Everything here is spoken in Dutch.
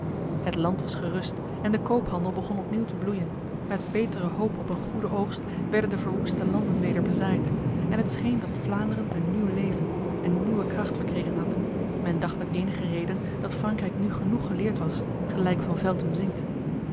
het land was gerust en de koophandel begon opnieuw te bloeien met betere hoop op een goede oogst werden de verwoeste landen weder bezaaid en het scheen dat vlaanderen een nieuw leven een nieuwe kracht verkregen had men dacht met enige reden dat frankrijk nu genoeg geleerd was gelijk van velthem zingt